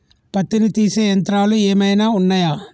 పత్తిని తీసే యంత్రాలు ఏమైనా ఉన్నయా?